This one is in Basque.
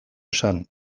esan